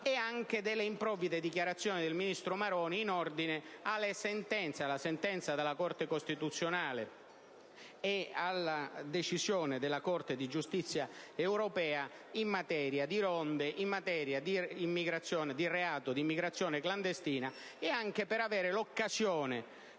anche alle improvvide dichiarazioni del Ministro stesso in ordine alla sentenza della Corte costituzionale e alla decisione della Corte di giustizia europea in materia di ronde e di reato di immigrazione clandestina, ed anche per avere l'occasione